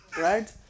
right